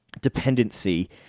dependency